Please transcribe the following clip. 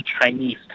Chinese